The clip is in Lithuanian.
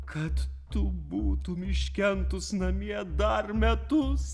kad tu būtum iškentus namie dar metus